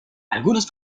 algunas